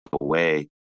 away